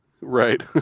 Right